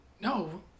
no